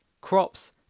crops